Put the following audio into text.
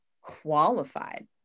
qualified